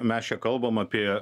mes čia kalbam apie